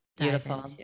Beautiful